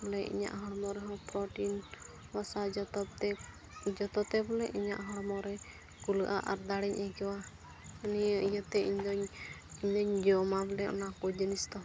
ᱵᱚᱞᱮ ᱤᱧᱟᱹᱜ ᱦᱚᱲᱢᱚ ᱨᱮᱦᱚᱸ ᱯᱨᱚᱴᱤᱱ ᱡᱚᱛᱚ ᱛᱮ ᱡᱚᱛᱚ ᱛᱮ ᱵᱚᱞᱮ ᱤᱧᱟᱹᱜ ᱦᱚᱲᱢᱚ ᱨᱮ ᱠᱩᱞᱟᱹᱜᱼᱟ ᱟᱨ ᱫᱟᱲᱮᱧ ᱟᱹᱭᱠᱟᱹᱣᱟ ᱱᱤᱭᱟᱹ ᱤᱭᱟᱹᱛᱮ ᱤᱧ ᱫᱚᱧ ᱤᱧᱫᱚ ᱡᱚᱢᱟ ᱵᱚᱞᱮ ᱚᱱᱟ ᱠᱚ ᱡᱤᱱᱤᱥ ᱫᱚ